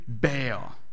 bail